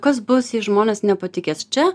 kas bus jei žmonės nepatikės čia